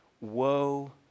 Woe